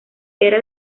era